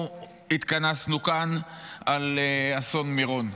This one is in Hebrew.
אנחנו התכנסנו כאן על אסון מירון,